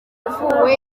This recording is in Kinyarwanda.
ivuwe